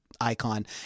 icon